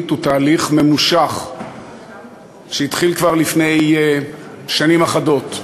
הוא תהליך ממושך שהתחיל כבר לפני שנים אחדות.